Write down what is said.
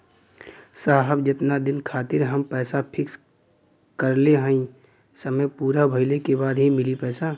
साहब जेतना दिन खातिर हम पैसा फिक्स करले हई समय पूरा भइले के बाद ही मिली पैसा?